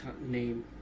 name